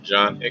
John